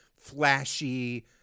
flashy